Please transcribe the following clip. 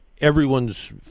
everyone's